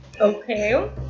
Okay